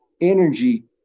energy